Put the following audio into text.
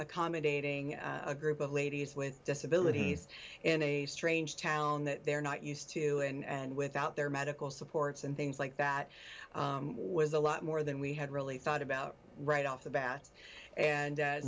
accommodating a group of ladies with disabilities in a strange town that they're not used to and without their medical supports and things like that was a lot more than we had really thought about right off the bat and